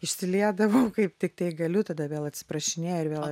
išsiliedavau kaip tiktai galiu tada vėl atsiprašinėju ir vėl